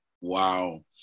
Wow